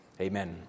Amen